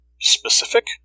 specific